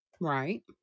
right